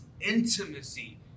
intimacy